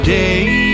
day